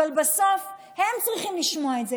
אבל בסוף הם צריכים לשמוע את זה.